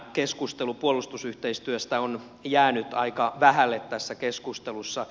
keskustelu puolustusyhteistyöstä on jäänyt aika vähälle tässä keskustelussa